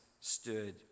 stood